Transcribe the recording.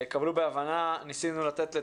קבלו בהבנה, ניסינו לתת את